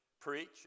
preach